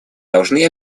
должны